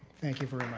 thank you very